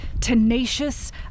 tenacious